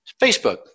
Facebook